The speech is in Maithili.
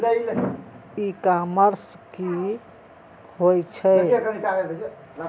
ई कॉमर्स की होय छेय?